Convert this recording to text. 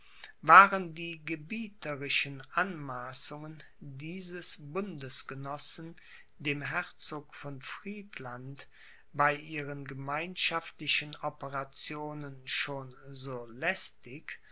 waren die gebieterischen anmaßungen dieses bundesgenossen dem herzog von friedland bei ihren gemeinschaftlichen operationen schon so lästig